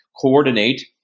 coordinate